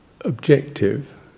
objective